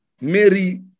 Mary